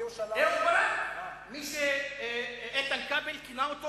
אהוד ברק, מי שאיתן כבל כינה אותו